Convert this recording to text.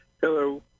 Hello